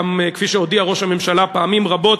כפי שהודיע ראש הממשלה פעמים רבות,